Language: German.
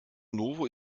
novo